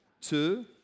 two